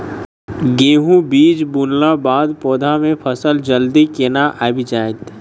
गेंहूँ बीज बुनला बाद पौधा मे फसल जल्दी केना आबि जाइत?